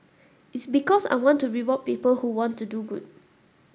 it's because I want to reward people who want to do good